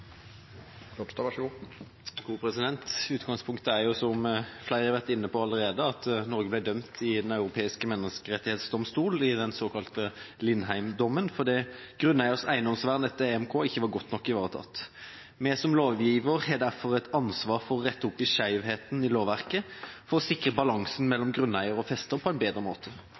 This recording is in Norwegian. Utgangspunktet er, som flere allerede har vært inne på, at Norge ble dømt i Den europeiske menneskerettsdomstol i den såkalte Lindheim-dommen, fordi grunneiers eiendomsvern etter Den europeiske menneskerettskonvensjon ikke var godt nok ivaretatt. Vi som lovgiver har derfor et ansvar for å rette opp i skjevheten i lovverket for å sikre balansen